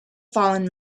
fallen